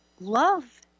love